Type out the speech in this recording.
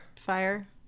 fire